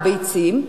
הביצים,